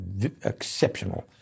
exceptional